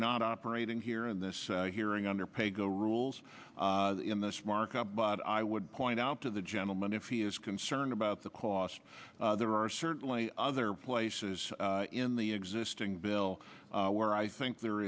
not operating here in this hearing under paygo rules in this markup but i would point out to the gentleman if he is concerned about the cost there are certainly other places in the existing bill where i think there